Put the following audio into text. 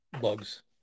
bugs